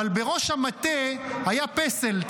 אבל בראש המטה היה פסל,